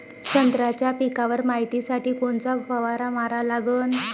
संत्र्याच्या पिकावर मायतीसाठी कोनचा फवारा मारा लागन?